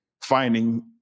finding